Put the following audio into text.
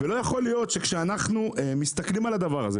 ולא יכול להיות שכשאנחנו מסתכלים על הדבר הזה,